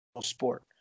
sport